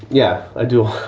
yeah, i do.